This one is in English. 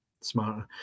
smarter